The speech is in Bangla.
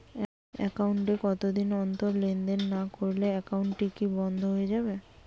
একাউন্ট এ কতদিন অন্তর লেনদেন না করলে একাউন্টটি কি বন্ধ হয়ে যাবে?